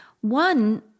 One